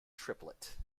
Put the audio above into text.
triplet